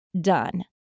done